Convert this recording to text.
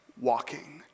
walking